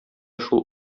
шул